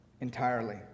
entirely